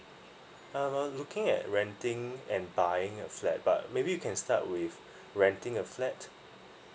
err I'm looking at renting and buying a flat but maybe you can start with renting a flat